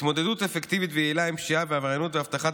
התמודדות אפקטיבית ויעילה עם פשיעה ועבריינות והבטחת